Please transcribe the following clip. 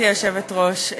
היושבת בראש,